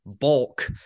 bulk